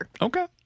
Okay